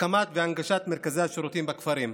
הקמת והנגשת מרכזי השירותים בכפרים,